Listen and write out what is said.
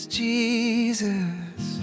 jesus